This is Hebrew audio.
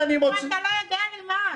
פה אתה לא יודע למה.